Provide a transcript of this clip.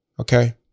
okay